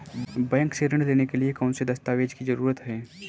Bank से ऋण लेने के लिए कौन से दस्तावेज की जरूरत है?